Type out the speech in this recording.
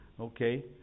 Okay